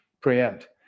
preempt